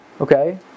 okay